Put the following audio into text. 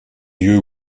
lieux